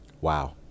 Wow